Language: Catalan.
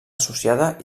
associada